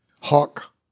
hawk